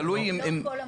לא, לא כל המוצרים.